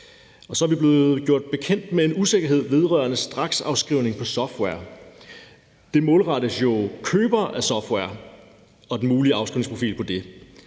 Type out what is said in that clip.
Så er vi blevet gjort bekendt med en usikkerhed vedrørende straksafskrivning på software. Det målrettes jo købere af software og den mulige afskrivningsprofil på det.